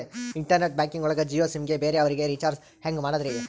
Internet banking ಒಳಗ Jio sim ಗೆ ಬೇರೆ ಅವರಿಗೆ ರೀಚಾರ್ಜ್ ಹೆಂಗ್ ಮಾಡಿದ್ರಿ?